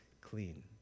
clean